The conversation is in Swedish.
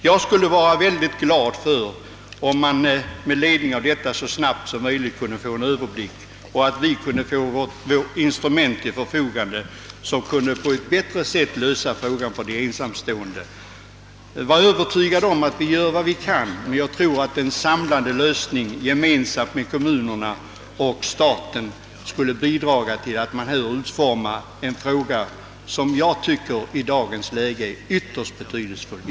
Jag skulle vara mycket glad, om man med ledning av 1965 års bostadsräkning så snabbt som möjligt kunde göra en överblick, och skapa instrument för att på ett bättre sätt lösa bostadsfrågan för de ensamstående. Var övertygad om att vi på kommunalt håll gör vad vi kan, men jag tror att en samverkan mellan staten och kommunerna skulle bidra till lösningen av denna fråga, som enligt min mening är ytterst betydelsefull i dagens läge.